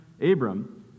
Abram